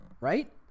right